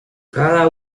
cada